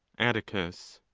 atticus.